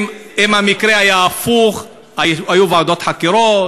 אם המקרה היה הפוך היו ועדות חקירות,